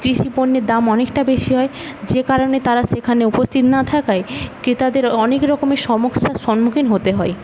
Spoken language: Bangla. কৃষিপণ্যের দাম অনেকটা বেশী হয় যে কারণে তারা সেখানে উপস্থিত না থাকায় ক্রেতাদের অনেক রকমের সমস্যার সম্মুখীন হতে হয়